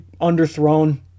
underthrown